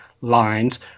lines